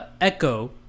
Echo